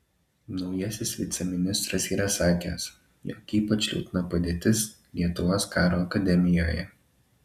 naujasis viceministras yra sakęs jog ypač liūdna padėtis lietuvos karo akademijoje